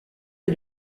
est